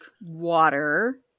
water